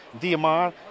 DMR